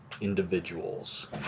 individuals